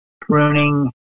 pruning